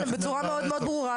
בצורה מאוד מאוד ברורה,